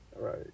right